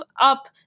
up